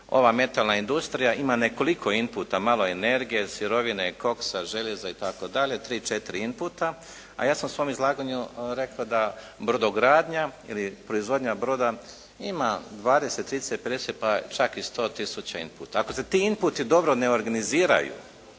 ova metalna industrija ima nekoliko inputa, malo energije, sirovine, koksa, željeza itd., tri-četiri inputa. A ja sam u svom izlaganju rekao da brodogradnja ili proizvodnja broda ima 20, 30, 50 pa čak i 100 tisuća inputa. Ako se ti inputi dobro ne organiziraju,